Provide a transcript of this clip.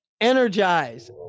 Energize